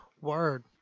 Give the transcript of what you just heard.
Word